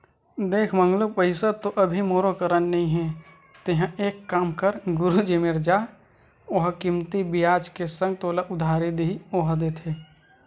देख मंगलू पइसा तो अभी मोरो करा नइ हे तेंहा एक काम कर गुरुजी मेर जा ओहा कमती बियाज के संग तोला उधारी दिही ओहा देथे